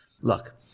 Look